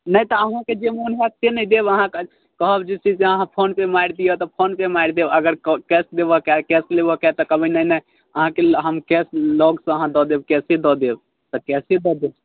नहि तऽ अहूँके जे मोन होएत से नहि देब अहाँकेँ कहब जे छै से फोनपे मारि दिअ तऽ फोनपे मारि देब अगर कैश देबऽके हय कैश लेबऽके होयत तऽ कहबै नहि नहि अहाँकेँ हम कैश लगसँ अहाँ दऽ देब कैशे दऽ देब तऽ कैशे दऽ देब